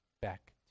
Back